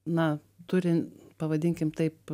na turi pavadinkime taip